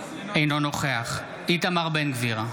אינו נוכח איתמר בן גביר,